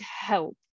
help